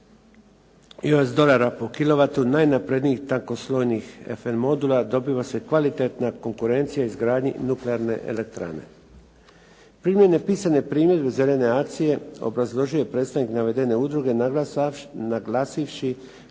US dolara po kilovatu najnaprednijih tankoslojnih FN modula dobiva se kvalitetna konkurencija izgradnji nuklearne elektrane. Primljene pisane primjedbe Zelene akcije, obrazložio je predstavnik navedene udruge naglasivši